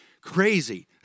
crazy